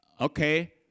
Okay